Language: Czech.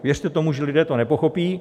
Věřte tomu, že lidé to nepochopí.